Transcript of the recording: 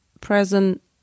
present